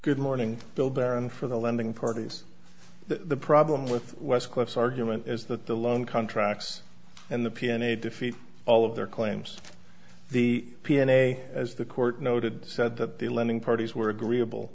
good morning bill baron for the lending parties the problem with west cliffs argument is that the loan contracts and the peony defeat all of their claims the p f a as the court noted said that the lending parties were agreeable